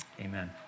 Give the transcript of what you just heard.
Amen